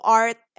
art